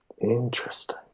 Interesting